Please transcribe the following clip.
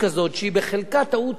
שהיא בחלקה טעות טכנית,